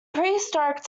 prehistoric